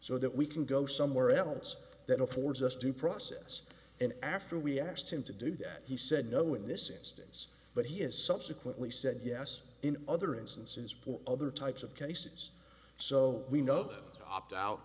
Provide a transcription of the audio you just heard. so that we can go somewhere else that affords us due process and after we asked him to do that he said no in this instance but he has subsequently said yes in other instances for other types of cases so we know opt out